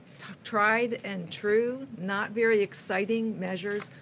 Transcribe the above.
tried and true, not very exciting measures,